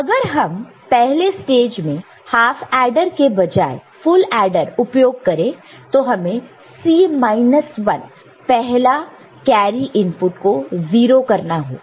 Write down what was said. अगर हम पहले स्टेज में हाफ एडर के बजाय फुल एडर उपयोग करें तो हमें C 1 पहला कैरी इनपुट को 0 करना होगा